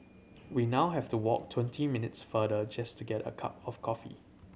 we now have to walk twenty minutes farther just to get a cup of coffee